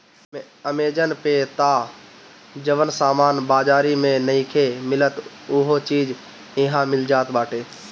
Amazon पे तअ जवन सामान बाजारी में नइखे मिलत उहो चीज इहा मिल जात बाटे